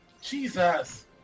Jesus